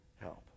help